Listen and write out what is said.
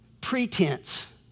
pretense